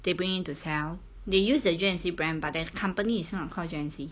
they bring in to sell they use the G_N_C brand but then company is not called G_N_C